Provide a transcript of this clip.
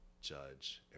judge